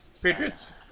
Patriots